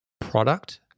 product